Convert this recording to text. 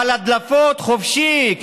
אבל הדלפות חופשי,